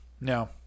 No